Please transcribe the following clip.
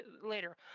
Later